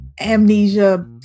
amnesia